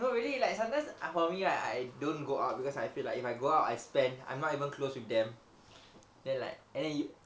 no really like sometimes I for me right I don't go out because I feel like if I go out I spend I'm not even close with them then like and then you